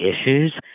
issues